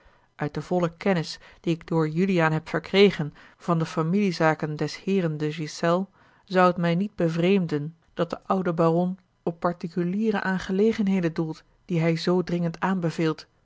uit de volle kennis die ik door juliaan heb verkregen van de familiezaken des heeren de ghiselles zou het mij niet bevreemden dat de oude baron op particuliere aangelegenheden doelt die hij zoo dringend aanbeveelt